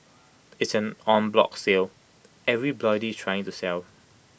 IT is an en bloc sell everybody trying to sell